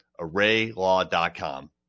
ArrayLaw.com